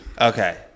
Okay